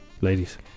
ladies